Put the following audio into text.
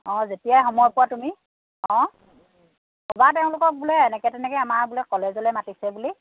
অঁ যেতিয়াই সময় পোৱা তুমি অঁ ক'বা তেওঁলোকক বোলে এনেকৈ তেনেকৈ আমাৰ বোলে কলেজলৈ মাতিছে বুলি